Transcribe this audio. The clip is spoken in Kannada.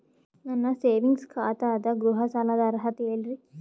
ನನ್ನ ಸೇವಿಂಗ್ಸ್ ಖಾತಾ ಅದ, ಗೃಹ ಸಾಲದ ಅರ್ಹತಿ ಹೇಳರಿ?